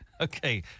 okay